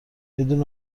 بدون